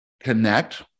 connect